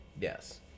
Yes